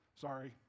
Sorry